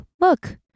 look